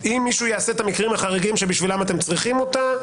אם מישהו יעשה את המקרים החריגים שבשבילם אתם צריכים אותם,